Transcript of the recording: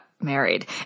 married